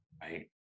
right